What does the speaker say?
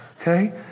okay